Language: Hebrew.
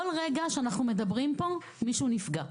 בכל רגע שאנחנו מדברים פה מישהו נפגע,